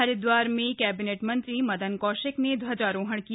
हरिदवार में कैबिनेट मंत्री मदन कौशिक ने ध्वजारोहण किया